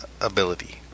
ability